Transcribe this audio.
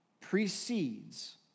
precedes